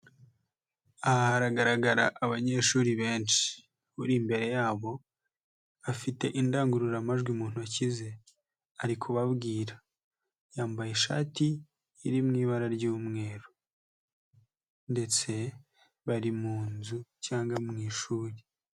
Aha hagaragara abanyeshuri benshi. Uri imbere yabo afite indangururamajwi mu ntoki ze. Ari kubabwira . Yambaye ishati iri mu ibara ry'umweru ndetse bari mu nzu cyangwa mu ishuri.